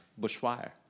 bushfire